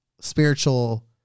spiritual